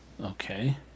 Okay